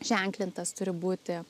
ženklintas turi būti